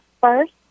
first